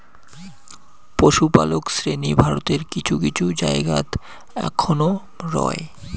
পশুপালক শ্রেণী ভারতের কিছু কিছু জায়গাত অখনও রয়